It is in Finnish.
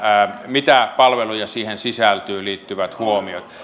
mitä palveluja siihen sisältyy liittyvät huomiot